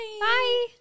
Bye